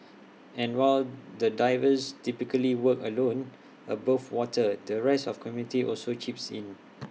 and while the divers typically work alone above water the rest of community also chips in